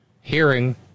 hearing